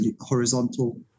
horizontal